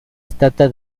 estatua